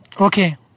okay